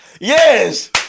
Yes